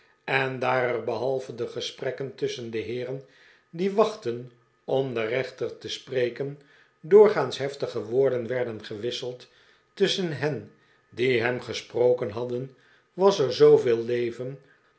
en daar er behalve de gesprekken tusschen de heeren die wachtten om den rechter te spreken doorgaans heftige woorden werden gewisseld tusschen hen die hem gesproken hadden was er zooyeel leven